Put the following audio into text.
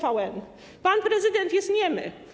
Pan prezydent jest niemy.